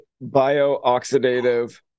bio-oxidative